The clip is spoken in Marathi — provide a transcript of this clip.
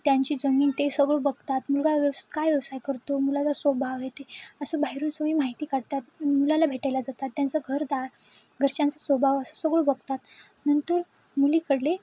त्यांची जमीन ते सगळं बघतात मुलगा व्यवस् काय व्यवसाय करतो मुलाचा स्वभाव हे ते असं बाहेरून सगळी माहिती काढतात मुलाला भेटायला जातात त्यांचं घरदार घरच्यांचा स्वभाव असं सगळं बघतात नंतर मुलीकडले